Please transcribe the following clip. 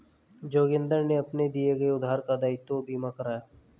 जोगिंदर ने अपने दिए गए उधार का दायित्व बीमा करवाया